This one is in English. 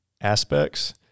aspects